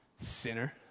sinner